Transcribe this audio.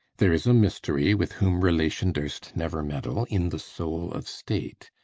there is a mystery-with whom relation durst never meddle-in the soul of state,